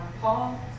Paul